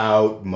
Out